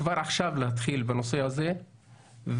כבר עכשיו להתחיל בנושא הזה תוך